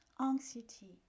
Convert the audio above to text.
anxiety